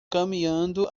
caminhando